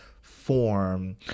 form